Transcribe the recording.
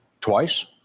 twice